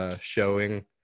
showing